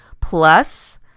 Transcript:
plus